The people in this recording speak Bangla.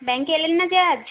ব্যাঙ্কে এলেন না যে আজ